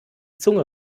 zunge